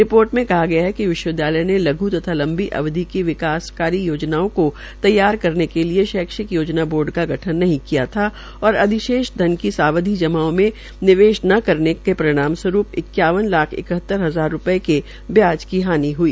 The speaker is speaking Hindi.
रिपोर्ट में कहा गया है कि विश्वविद्यालय ने लघ् तथा लंबी अवधि की विकासकारी योजनाओं को तैयार करने के लिए शैक्षिक योजना बोर्ड का गठन नहीं किया गया था और अधिशेष धन की सावधि जमाओं में निवेश न करने के परिणाम रूवरूप इक्यावन लाख इकहतर हजार रूपये के ब्याज की हानि हई